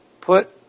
put